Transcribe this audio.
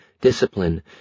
discipline